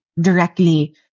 directly